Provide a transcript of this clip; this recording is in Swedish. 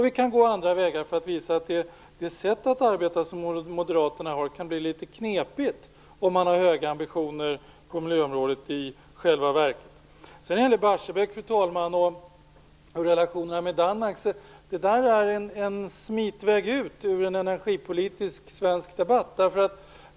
Vi kan också på andra vägar visa att det sätt att arbeta som moderaterna har kan bli litet knepigt, om man har höga ambitioner på miljöområdet. Fru talman! Att hänvisa till Barsebäck och relationerna med Danmark är en smitväg ut ur en svensk energipolitisk debatt.